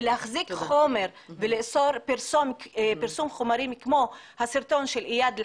ולהחזיק חומר ולאסור פרסום חומרים כמו הסרטון של איאד אל